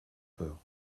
peur